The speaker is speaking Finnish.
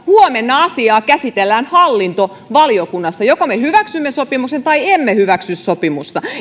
huomenna asiaa käsitellään hallintovaliokunnassa joko me hyväksymme sopimuksen tai emme hyväksy sopimusta